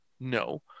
No